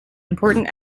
important